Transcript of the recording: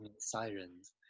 sirens